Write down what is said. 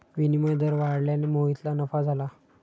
विनिमय दर वाढल्याने मोहितला नफा झाला